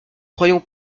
croyons